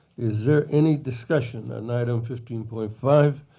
is there any discussion on item fifteen point five?